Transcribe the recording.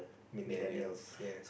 millennials ya